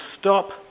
stop